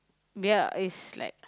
ya is like